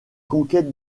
conquête